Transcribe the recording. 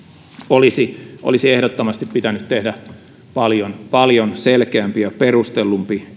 olisi olisi ehdottomasti pitänyt tehdä paljon paljon selkeämpi ja perustellumpi